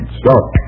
stop